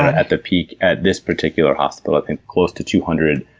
at the peak, at this particular hospital, i think close to two hundred